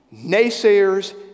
naysayers